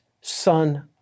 Son